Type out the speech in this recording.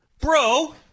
bro